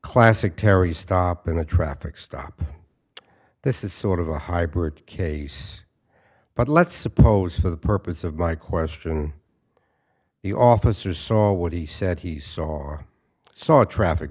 classic terry stop and a traffic stop this is sort of a hybrid case but let's suppose for the purpose of my question the officer saw what he said he saw saw a traffic